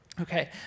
Okay